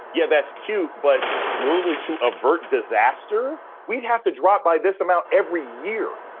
yeah, that's cute. but moodley, to avert disaster. we'd have to drop by this amount every year.